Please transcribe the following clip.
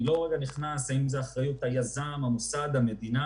אני לא נכנס אם זו אחריות היזם, המוסד או המדינה.